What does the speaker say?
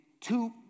two